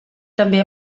també